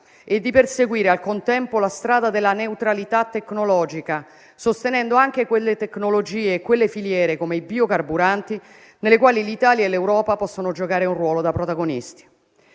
e di perseguire al contempo la strada della neutralità tecnologica, sostenendo anche le tecnologie e le filiere, come i biocarburanti, nelle quali l'Italia e l'Europa possono giocare un ruolo da protagoniste.